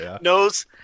Knows